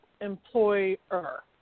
employer